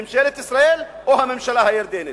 ממשלת ישראל או הממשלה הירדנית?